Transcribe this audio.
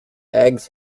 eggs